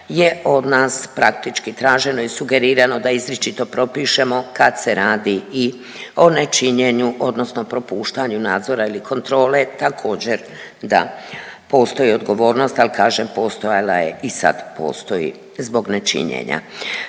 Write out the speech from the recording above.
je od nas praktički traženo i sugerirano da izričito propišemo kad se radi i o nečinjenju odnosno propuštaju nadzora ili kontrole, također, da. Postoji odgovornost, ali kažem, postojala je i sad postoji zbog nečinjenja.